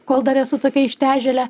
kol dar esu tokia ištežėlė